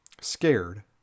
scared